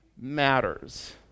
matters